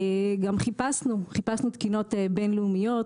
חיפשנו תקינות בין-לאומיות,